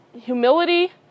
humility